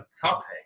topic